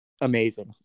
amazing